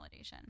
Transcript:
validation